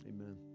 Amen